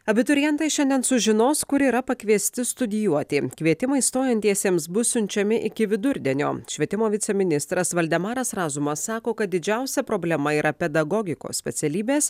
abiturientai šiandien sužinos kur yra pakviesti studijuoti kvietimai stojantiesiems bus siunčiami iki vidurdienio švietimo viceministras valdemaras razumas sako kad didžiausia problema yra pedagogikos specialybės